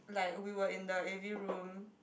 like we were in the a_v room